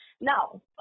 Now